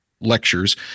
lectures